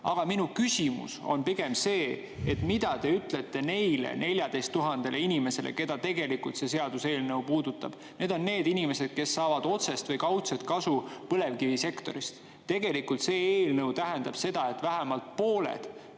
Aga minu küsimus on pigem see: mida te ütlete neile 14 000 inimesele, keda see seaduseelnõu tegelikult puudutab? Need on inimesed, kes saavad otsest või kaudset kasu põlevkivisektorist. See eelnõu tähendab seda, et vähemalt pooled